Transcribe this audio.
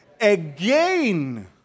again